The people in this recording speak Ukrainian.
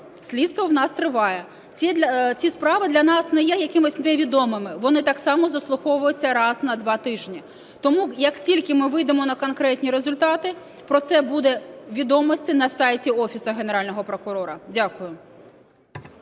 Слідство в нас триває, ці справи для нас не є якимось невідомими, вони так само заслуховуються раз на два тижні. Тому як тільки ми вийдемо на конкретні результати, про це будуть відомості на сайті Офісу Генерального прокурора. Дякую.